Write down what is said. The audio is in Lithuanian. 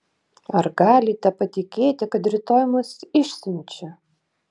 ar galite patikėti kad rytoj mus išsiunčia